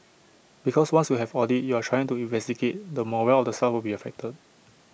because once you have audit you are trying to investigate the morale of the staff will be affected